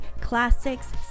classics